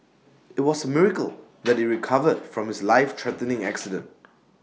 IT was A miracle that he recovered from his lifethreatening accident